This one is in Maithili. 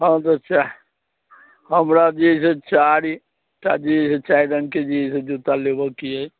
हाँ तऽ सएह हमरा जे अइसे चारि टा जे चारि रङ्गके जे अइसे जूता लेबऽके अइ